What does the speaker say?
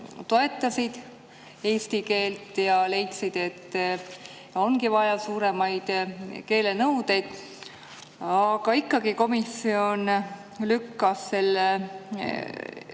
toetasid eesti keelt ja leidsid, et ongi vaja suuremaid keelenõudeid. Aga ikkagi komisjon tegi